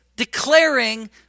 Declaring